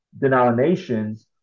denominations